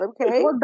okay